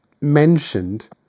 mentioned